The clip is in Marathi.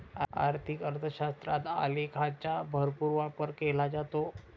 आर्थिक अर्थशास्त्रात आलेखांचा भरपूर वापर केला जातो